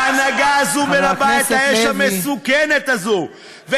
ההנהגה הזאת מלבה את האש המסוכנת הזאת.